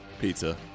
Pizza